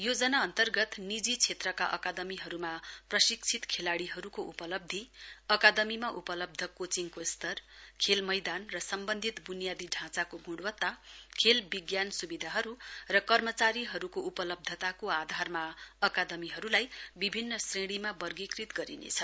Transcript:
योजना अन्तर्गत निजी क्षेत्रका अकादमीहरुमा प्रशिक्षित खेलाड्रीहरुको उपलब्धी अकादमीमा उपलब्ध कोचिङको स्तर खेलमैदान र सम्बन्धित वुनियादी ढौंचाको गुणवत्त खेल विज्ञान सुविधाहरु र कर्मचारीहरुको उपलब्धताको आधारमा अकादमीहरुलाई विभिन्न श्रेणीमा वर्गीकृत गरिनेछ